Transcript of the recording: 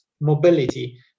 mobility